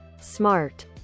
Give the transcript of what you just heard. Smart